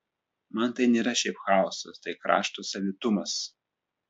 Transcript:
man tai nėra šiaip chaosas tai krašto savitumas